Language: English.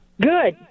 Good